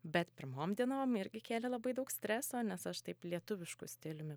bet pirmom dienom irgi kėlė labai daug streso nes aš taip lietuvišku stiliumi